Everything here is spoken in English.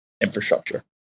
infrastructure